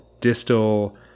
distal